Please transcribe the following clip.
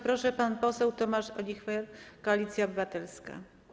Proszę, pan poseł Tomasz Olichwer, Koalicja Obywatelska.